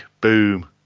boom